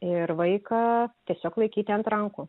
ir vaiką tiesiog laikyti ant rankų